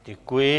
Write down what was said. Děkuji.